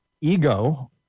ego